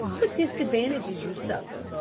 what disadvantages you suffer,